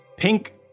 pink